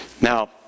Now